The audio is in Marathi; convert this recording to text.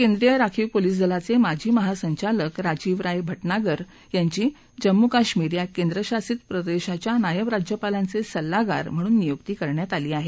केंद्रीय राखीव पोलीस दलाचे माजी महासंचालक राजीव राय भाजागर यांची जम्मू कश्मीर या केंद्रशासित प्रदेशाच्या नायब राज्यपालांचे सल्लागार म्हणून नियुक्ती करण्यात आली आहे